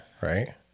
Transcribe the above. right